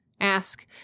Ask